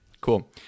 cool